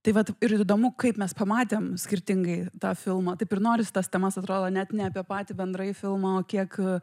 tai vat ir įdomu kaip mes pamatėm skirtingai tą filmą taip ir norisi tas temas atrodo net ne apie patį bendrai filmą o kiek